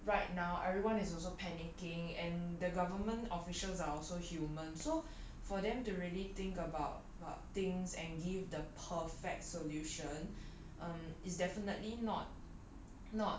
I think like right now everyone is also panicking and the government officials are also human so for them to really think about things and give the perfect solution um it's definitely not